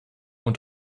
und